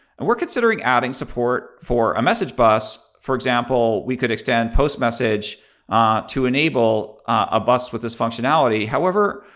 and we're considering adding support for a message bus. for example, we could extend post message to enable a bus with this functionality. however,